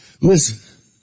Listen